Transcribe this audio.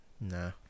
Nah